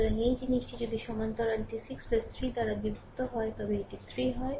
সুতরাং এই জিনিসটি যদি সমান্তরালটি 6 3 দ্বারা বিভক্ত হয় তবে এটি 3 হয়